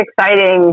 exciting